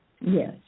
Yes